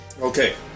Okay